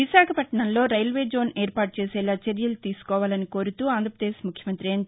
విశాఖపట్షణంలో railway zone ఏర్పాటు చేసేలా చర్యలు తీసుకోవాలని కోరుతూ ఆంధ్రపదేశ్ ముఖ్యమంతి ఎన్